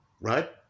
Right